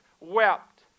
wept